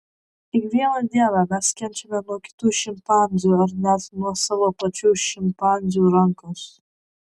kiekvieną dieną mes kenčiame nuo kitų šimpanzių ar net nuo savo pačių šimpanzių rankos